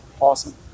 Awesome